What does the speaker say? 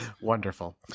Wonderful